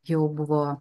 jau buvo